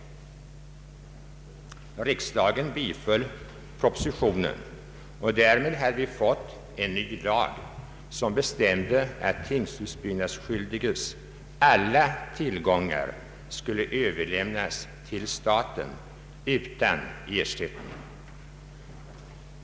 Riksdagen biföll propositionen, och därmed hade vi fått en ny lag, som bestämde att tingshusbyggnadsskyldiges alla tillgångar skulle överlämnas till staten utan ersättning.